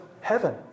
heaven